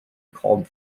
called